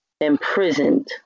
imprisoned